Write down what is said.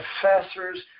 professors